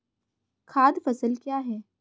खाद्य फसल क्या है?